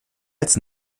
als